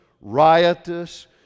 riotous